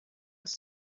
ist